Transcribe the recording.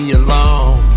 alone